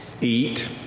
eat